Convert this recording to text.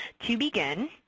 to begin,